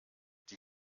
die